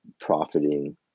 profiting